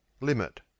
Limit